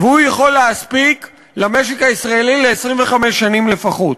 והוא יכול להספיק למשק הישראלי ל-25 שנים לפחות.